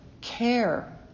care